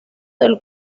del